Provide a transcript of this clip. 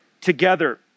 together